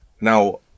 Now